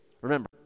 Remember